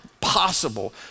possible